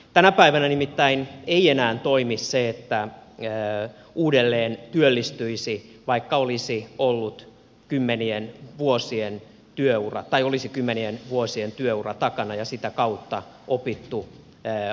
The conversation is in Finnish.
tänä päivänä nimittäin ei enää toimi se että uudelleen työllistyisi vaikka olisi ollut kymmenien vuosien työura tai olisi kymmenien vuosien työura takana ja sitä kautta opittu ammattilaisuus